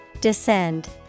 Descend